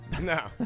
No